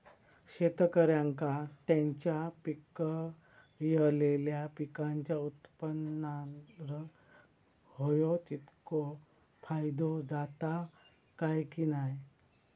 शेतकऱ्यांका त्यांचा पिकयलेल्या पीकांच्या उत्पन्नार होयो तितको फायदो जाता काय की नाय?